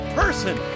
person